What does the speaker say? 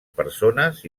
persones